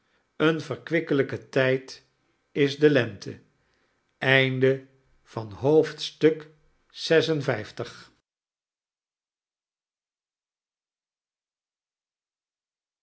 een verkwikkelijke tijd is de lente